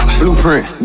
blueprint